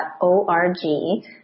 O-R-G